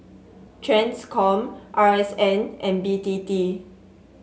Transcom R S N and B T T